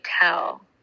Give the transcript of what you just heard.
tell